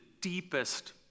deepest